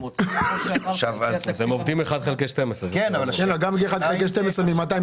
אז הם עובדים 1 חלקי 12. 1 חלקי 12 ממתי?